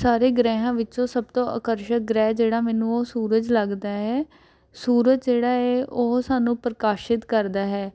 ਸਾਰੇ ਗ੍ਰਹਿਆਂ ਵਿੱਚੋ ਸਭ ਤੋਂ ਆਕਰਸ਼ਿਤ ਗ੍ਰਹਿ ਜਿਹੜਾ ਮੈਨੂੰ ਉਹ ਸੂਰਜ ਲੱਗਦਾ ਹੈ ਸੂਰਜ ਜਿਹੜਾ ਹੈ ਉਹ ਸਾਨੂੰ ਪ੍ਰਕਾਸ਼ਿਤ ਕਰਦਾ ਹੈ